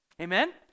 Amen